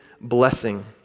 blessing